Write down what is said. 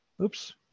Oops